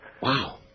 Wow